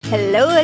Hello